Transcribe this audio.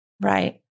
right